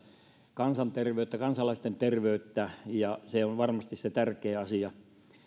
kansan terveyttä kansalaisten terveyttä ja se on varmasti se tärkein asia